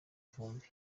vumbi